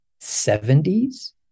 70s